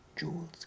Jewels